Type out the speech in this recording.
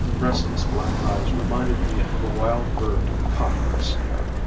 restless black eyes reminded me of a wild bird caught in a snare.